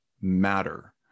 matter